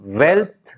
wealth